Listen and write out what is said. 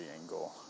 angle